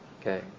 Okay